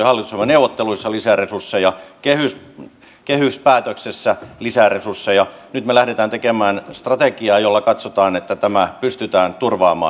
hallitus antoi hallitusohjelmaneuvotteluissa ja kehyspäätöksessä lisäresursseja nyt me lähdemme tekemään strategiaa jolla katsotaan että tämä pystytään turvaamaan